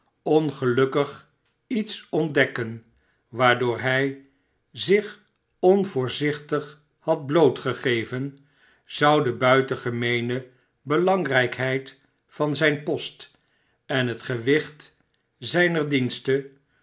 ongelukkig lets ontdekken waardoor hij zich onvoorzichtig had blootgegeven zou debuitengemeene belangrijkheid van zijn post en het gewicht zijner diensten